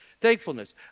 thankfulness